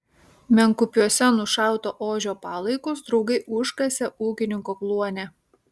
menkupiuose nušauto ožio palaikus draugai užkasė ūkininko kluone